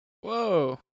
Whoa